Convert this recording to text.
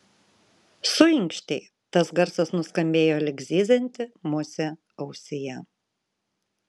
suinkštei tas garsas nuskambėjo lyg zyzianti musė ausyje